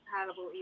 compatible